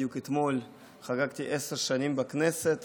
בדיוק אתמול חגגתי עשר שנים בכנסת